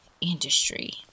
industry